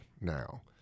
now